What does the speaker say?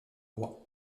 roi